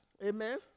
Amen